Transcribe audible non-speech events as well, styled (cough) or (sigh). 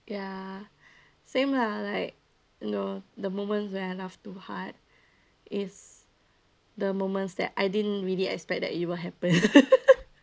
ya same lah like you know the moment where I laugh too hard is the moments that I didn't really expect that it will happen (laughs)